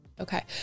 Okay